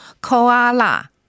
Koala